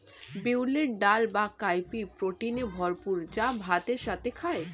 বিউলির ডাল বা কাউপি প্রোটিনে ভরপুর যা ভাতের সাথে খায়